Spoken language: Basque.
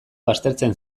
baztertzen